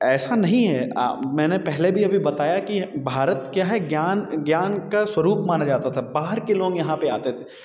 ऐसा नहीं है मैंने पहले भी अभी बताया कि भारत क्या है ज्ञान ज्ञान का स्वरूप माना जाता था बाहर के लोग यहाँ आते थे